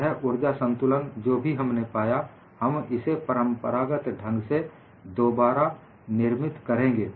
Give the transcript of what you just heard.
यह ऊर्जा संतुलन जो भी हमने पाया हम इसे परंपरागत ढंग से दोबारा निर्मित करेंगे